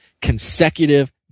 consecutive